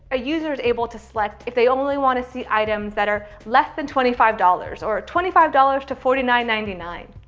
a user is able to select, if they only want to see items that are less than twenty five dollars. or twenty five dollars to forty nine point nine nine.